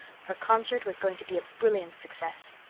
her concert was going to be a brilliant success.